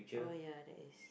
oh yeah there is